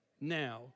now